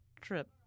trip